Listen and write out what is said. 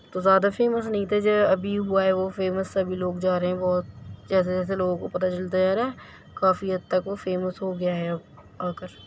تو زیادہ فیمس نہیں تھا جو ابھی ہوا ہے وہ فیمس سبھی لوگ جا رہے ہیں بہت جیسے جیسے لوگوں کو پتا چلتے جا رہا ہے کافی حد تک فیمس ہو گیا ہے اب آ کر